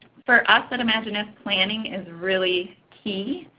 for us at imagineif, planning is really key.